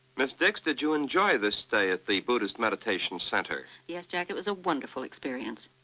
miss dix, did you enjoy this stay at the buddhist meditation center? yes, jack, it was a wonderful experience.